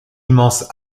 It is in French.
immense